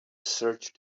searched